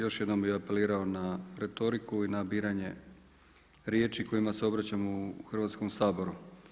Još jednom bi apelirao na retoriku i na biranje riječi kojima se obraćamo u Hrvatskom saboru.